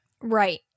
Right